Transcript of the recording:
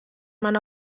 man